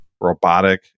robotic